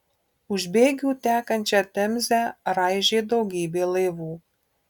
už bėgių tekančią temzę raižė daugybė laivų